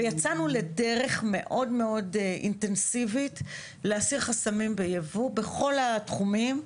ויצאנו לדרך מאוד מאוד אינטנסיבית להסיר חסמים ביבוא בכל התחומים,